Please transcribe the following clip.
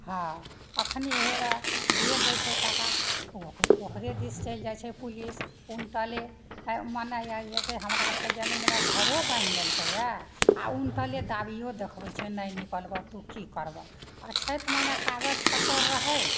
हँ अखन होइबए जे दै छै टाका ओ ओकरे दिस चैलि जाइ छै पुलिस उनटले आइ मने आयल जेतै हमराके जमीनमे घरो बान्हि लेलकैया आ उनटले दाबियो देखबै छै नहि निकलबऽ तु की करबऽ अछैत मने कागज पत्तर रहैत